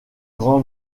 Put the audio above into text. grand